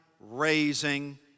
raising